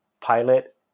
pilot